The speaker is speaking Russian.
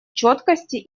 четкости